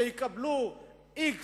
שיקבלו x